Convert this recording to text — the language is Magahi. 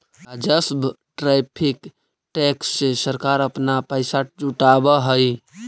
राजस्व टैरिफ टैक्स से सरकार अपना पैसा जुटावअ हई